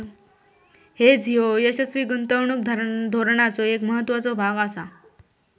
hedge ह्यो यशस्वी गुंतवणूक धोरणाचो एक महत्त्वाचो भाग आसा